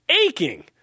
aching